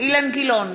אילן גילאון,